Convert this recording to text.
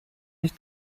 ich